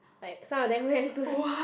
like some of them who went to